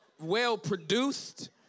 well-produced